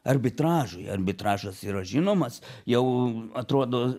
arbitražui arbitražas yra žinomas jau atrodo